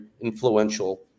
influential